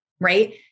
right